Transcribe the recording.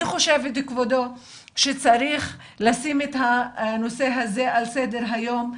אני חושבת שצריך לשים את הנושא הזה על סדר היום,